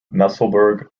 musselburgh